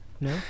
No